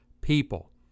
people